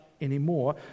anymore